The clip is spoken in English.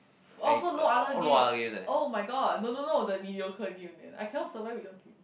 oh so no other game [oh]-my-god no no no the mediocre game then I cannot survive without game